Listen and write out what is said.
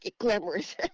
glamorous